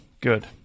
good